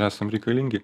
esam reikalingi